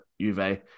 Juve